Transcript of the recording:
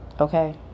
okay